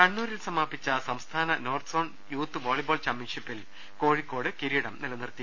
കണ്ണൂരിൽ സമാപിച്ച സംസ്ഥാന നോർത്ത്സോൺ യൂത്ത് വോളി ബോൾ ചാമ്പ്യൻഷിപ്പിൽ കോഴിക്കോട് കിരീടം നിലനിർത്തി